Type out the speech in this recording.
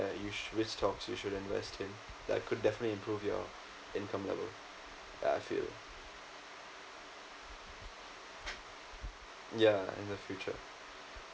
which stocks you should invest in that could definitely improve your income level ya I feel ya in the future